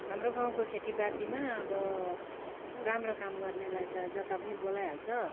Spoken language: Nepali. हाम्रो गाउँको खेतीपातीमा अब राम्रो काम गर्नेलाई त जता पनि बोलाइहाल्छ